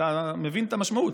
אתה מבין את המשמעות?